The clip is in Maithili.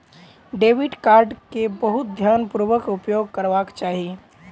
डेबिट कार्ड के बहुत ध्यानपूर्वक उपयोग करबाक चाही